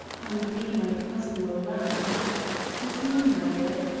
how louis my cousin will laugh but no matter.